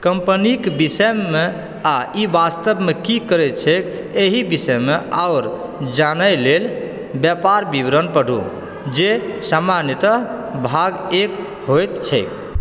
कम्पनीक विषयमे आ ई वास्तवमे की करैत छैक एहि विषयमे आओर जानयलेल व्यापार विवरण पढ़ू जे सामान्यतः भाग एक होइत छैक